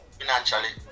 financially